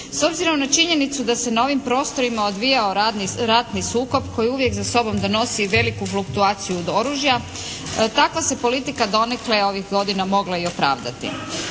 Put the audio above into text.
S obzirom na činjenicu da se na ovim prostorima odvijao ratni sukob koji uvijek za sobom donosi i veliku fluktuaciju oružja, takva se politika donekle ovih godina mogla i opravdati.